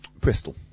Bristol